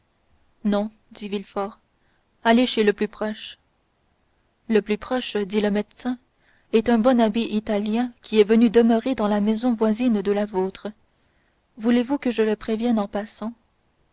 non dit villefort allez chez le plus proche le plus proche fit le médecin est un bon abbé italien qui est venu demeurer dans la maison voisine de la vôtre voulez-vous que je le prévienne en passant